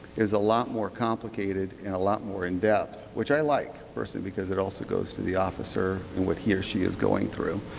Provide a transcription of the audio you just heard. is a lot more complicated and a lot more in-depth, which i like, personally, because it also goes to the officer and what he or she is going through.